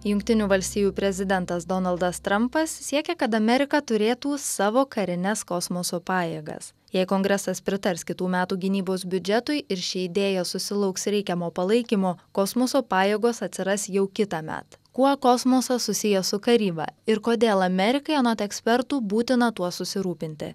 jungtinių valstijų prezidentas donaldas trampas siekia kad amerika turėtų savo karines kosmoso pajėgas jei kongresas pritars kitų metų gynybos biudžetui ir ši idėja susilauks reikiamo palaikymo kosmoso pajėgos atsiras jau kitąmet kuo kosmosas susijęs su karyba ir kodėl amerikai anot ekspertų būtina tuo susirūpinti